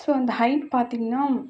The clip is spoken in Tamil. ஸோ இந்த ஹைட் பார்த்தீங்கன்னா